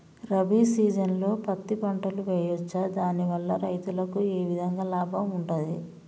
రబీ సీజన్లో పత్తి పంటలు వేయచ్చా దాని వల్ల రైతులకు ఏ విధంగా లాభం ఉంటది?